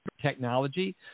Technology